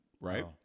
right